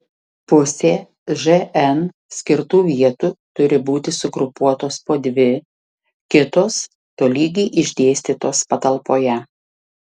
pusė žn skirtų vietų turi būti sugrupuotos po dvi kitos tolygiai išdėstytos patalpoje